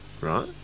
right